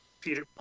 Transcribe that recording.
Peter